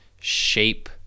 shape